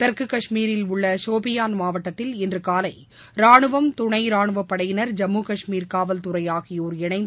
தெற்கு கஷ்மீரில் உள்ள சோபீயான் மாவட்டத்தில் இன்று காலை ராணுவம் துணை ரானுவப்படையினர் ஜம்மு கஷ்மீர் காவல் துறை ஆகியோர் இணைந்து